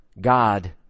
God